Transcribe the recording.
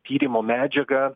tyrimo medžiaga